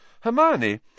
Hermione